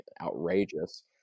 outrageous